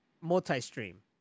Multi-stream